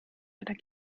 einer